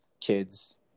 kids